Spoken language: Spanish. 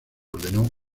ordenó